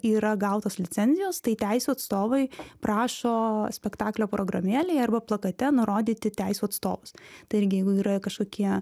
yra gautas licenzijos tai teisių atstovai prašo spektaklio programėlėje arba plakate nurodyti teisių atstovus taigi jeigu yra kažkokie